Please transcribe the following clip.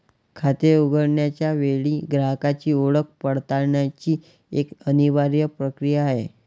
खाते उघडण्याच्या वेळी ग्राहकाची ओळख पडताळण्याची एक अनिवार्य प्रक्रिया आहे